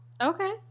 Okay